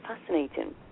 fascinating